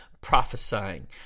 prophesying